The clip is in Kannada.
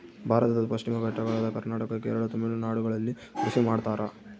ಭಾರತದ ಪಶ್ಚಿಮ ಘಟ್ಟಗಳಾದ ಕರ್ನಾಟಕ, ಕೇರಳ, ತಮಿಳುನಾಡುಗಳಲ್ಲಿ ಕೃಷಿ ಮಾಡ್ತಾರ?